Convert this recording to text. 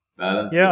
balance